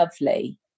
lovely